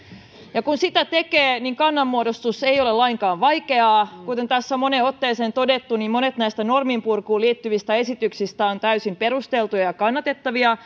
ja kun sitä tekee kannanmuodostus ei ole lainkaan vaikeaa kuten tässä on moneen otteeseen todettu monet näistä norminpurkuun liittyvistä esityksistä ovat täysin perusteltuja ja kannatettavia